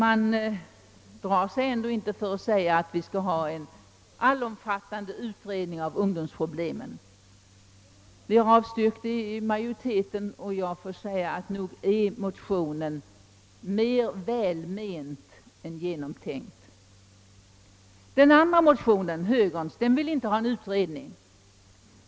Ändå drar man sig inte för att begära en allomfattande utredning om ungdomsproblemen. Utskottsmajoriteten har avstyrkt förslaget, och nog tycker jag att motionen är mer välment än genomtänkt. I den andra motionen, högerns, vill man inte ha en utredning.